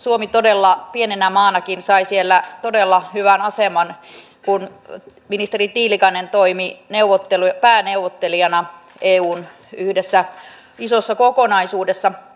suomi todella pienenä maanakin sai siellä todella hyvän aseman kun ministeri tiilikainen toimi pääneuvottelijana eun yhdessä isossa kokonaisuudessa